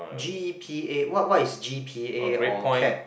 G_P_A what what is G_P_A or cap